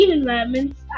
environments